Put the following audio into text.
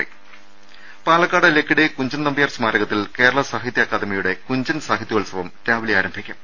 രുട്ട്ട്ട്ട്ട്ട്ട പാലക്കാട് ലക്കിടി കുഞ്ചൻ നമ്പ്യാർ സ്മാരകത്തിൽ കേരള സാഹി തൃ അക്കാദമിയുടെ കുഞ്ചൻ സാഹിത്യോത്സവം രാവിലെ ആരംഭിക്കും